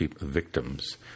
victims